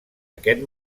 aquest